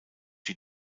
die